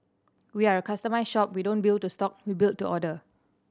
we are a customised shop we don't build to stock we build to order